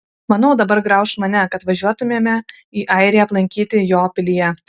manau dabar grauš mane kad važiuotumėme į airiją aplankyti jo pilyje